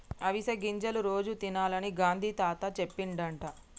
అవిసె గింజలు రోజు తినాలని గాంధీ తాత చెప్పిండట